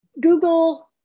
Google